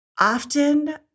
Often